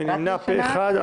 פה אחד.